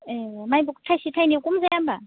ए थाइसे थाइनै कम जाया होनबा